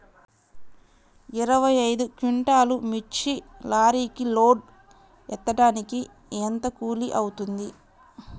ఇరవై ఐదు క్వింటాల్లు మిర్చి లారీకి లోడ్ ఎత్తడానికి ఎంత కూలి అవుతుంది?